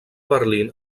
berlín